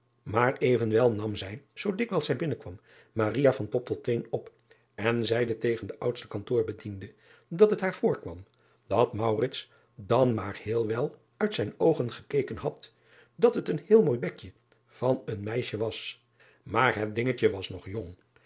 driaan oosjes zn et leven van aurits ijnslager binnenkwam van top tot teen op en zeide tegen den oudsten kantoorbediende dat het haar voorkwam dat dan maar heel wel uit zijn oogen gekeken had dat het een heel mooi bekje van eed meisje was maar het dingetje was nog jong